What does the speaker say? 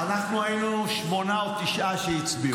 אז אנחנו היינו שמונה או תשעה שהצביעו.